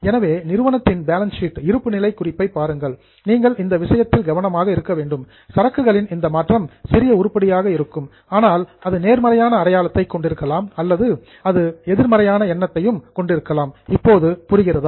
எனவே நிறுவனத்தின் balance sheet இருப்புநிலை குறிப்பை பாருங்கள் நீங்கள் இந்த விஷயத்தில் கவனமாக இருக்க வேண்டும் சரக்குகளின் இந்த மாற்றம் சிறிய உருப்படியாக இருக்கும் ஆனால் அது நேர்மறையான அடையாளத்தை கொண்டிருக்கலாம் அல்லது அது எதிர்மறையான அடையாளத்தையும் கொண்டிருக்கலாம் இப்போது புரிகிறதா